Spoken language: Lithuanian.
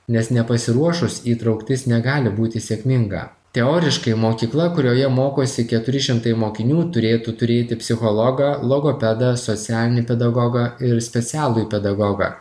nes nepasiruošus įtrauktis negali būti sėkminga teoriškai mokykla kurioje mokosi keturi šimtai mokinių turėtų turėti psichologą logopedą socialinį pedagogą ir specialųjį pedagogą